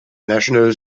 national